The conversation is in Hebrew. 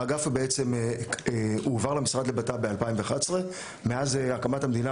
האגף בעצם הועבר למשרד לביטחון הפנים בשנת 2011. מאז הקמת המדינה,